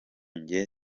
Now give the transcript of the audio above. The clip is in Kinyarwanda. njye